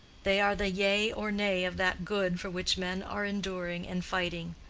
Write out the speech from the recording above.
they are the yea or nay of that good for which men are enduring and fighting.